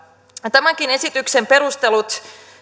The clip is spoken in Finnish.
tämänkin esityksen perustelut